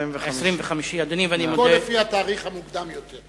הכול לפי התאריך המוקדם יותר.